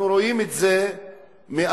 אנחנו רואים את זה באחוז